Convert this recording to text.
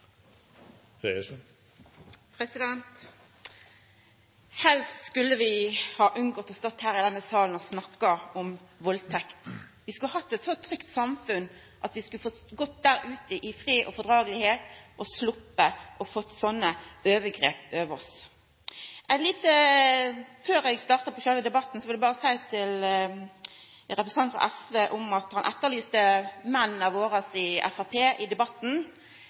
snakka om valdtekt. Vi skulle hatt eit så trygt samfunn at vi kunne fått gå ute i fred og ro og sloppe å få sånne overgrep over oss. Før eg startar på sjølve debatten, vil eg berre seia til representanten frå SV som etterlyste menn frå Framstegspartiet i debatten: Mennene i